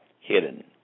hidden